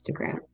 instagram